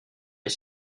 est